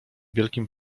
wielkim